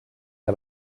que